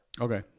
Okay